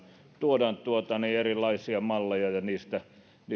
tuodaan erilaisia malleja ja niistä